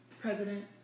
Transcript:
president